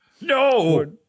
No